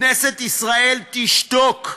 כנסת ישראל תשתוק,